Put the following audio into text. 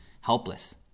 Helpless